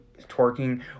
twerking